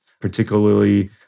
Particularly